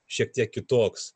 šiek tiek kitoks